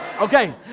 Okay